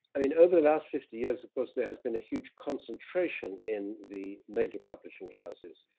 i mean, over the last fifty years of course, there has been a huge concentration in the major publishing houses.